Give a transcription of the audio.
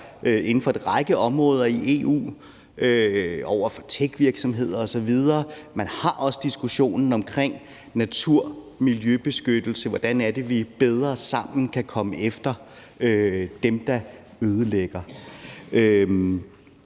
inden for en række områder i EU, over for techvirksomheder osv. Man har også diskussionen om naturmiljøbeskyttelse, hvordan det er, vi bedre sammen kan komme efter dem, der ødelægger.